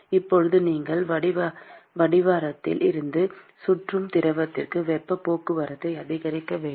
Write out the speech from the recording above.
இப்போது நீங்கள் அடிவாரத்தில் இருந்து சுற்றும் திரவத்திற்கு வெப்பப் போக்குவரத்தை அதிகரிக்க வேண்டும்